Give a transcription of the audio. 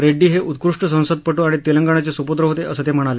रेड्डी हे उत्कृष्ट संसदपटू आणि तेलंगणाचे सुपूत्र होते असं ते म्हणाले